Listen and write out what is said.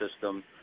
system